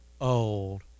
old